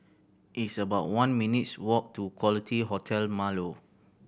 it's about one minutes' walk to Quality Hotel Marlow